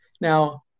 Now